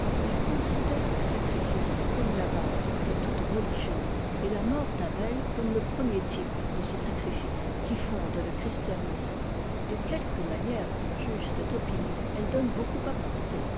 h considère le sacrifice comme la base de toute religion et la mort d'abel comme le premier type de ce sacrifice qui fonde le christianisme de quelque manière qu'on juge cette opinion elle donne beaucoup à penser